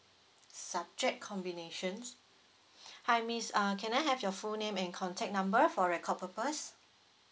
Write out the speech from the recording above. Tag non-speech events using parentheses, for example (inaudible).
subject combinations (breath) hi miss uh can I have your full name and contact number for record purpose